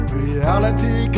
reality